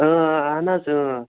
اَہَن حظ